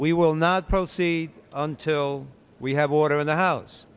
we will not proceed until we have order in the house